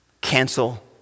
Cancel